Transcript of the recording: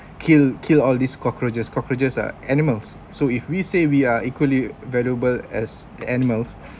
kill kill all these cockroaches cockroaches are animals so if we say we are equally valuable as the animals